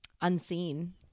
unseen